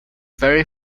very